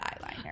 eyeliner